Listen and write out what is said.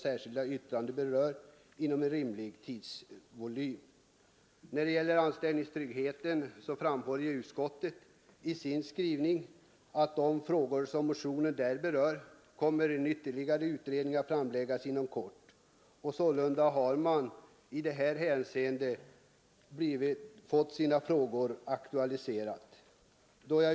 När det gäller frågan om anställningstryggheten kommer, som utskottet framhåller i sin skrivning, en utredning inom kort att redovisa resultatet av sitt arbete. Motionskraven i detta avseende är alltså aktualiserade.